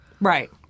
Right